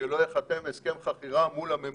שלא ייחתם הסכם חכירה מול הממונה.